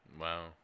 Wow